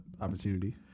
opportunity